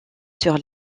sur